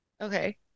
Okay